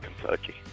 Kentucky